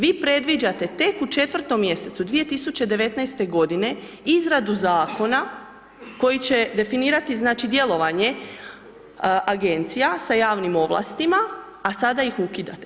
Vi predviđate tek u 4. mjesecu 2019. godine izradu zakona koji će definirati znači djelovanje agencija sa javnim ovlastima a sada ih ukidate.